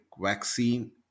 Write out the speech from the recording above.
vaccine